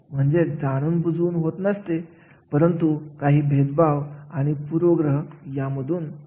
त्यामुळे अशा कार्यक्रमांमध्ये कार्याचे स्वरूप जाणून घेणे महत्त्वाचे असते